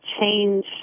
change